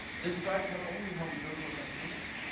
this drives not only how we build for consumers,